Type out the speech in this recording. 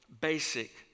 basic